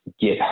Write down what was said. get